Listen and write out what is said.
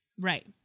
Right